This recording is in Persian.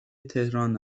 تهران